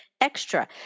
extra